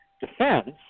Defense